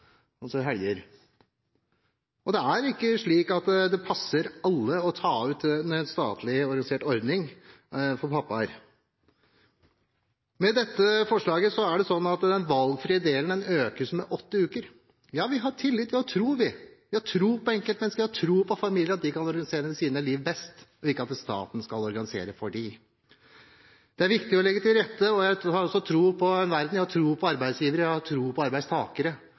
Det er ikke slik at det passer alle å ta ut permisjon i henhold til en statlig organisert ordning for pappaer. Med dette forslaget økes den valgfrie delen med åtte uker. Ja, vi har tillit, vi har tro på enkeltmennesket, vi har tro på at familien kan organisere sine liv best – ikke at staten skal organisere for dem. Det er viktig å legge til rette, og jeg har også tro på en verden